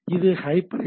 இது hyper H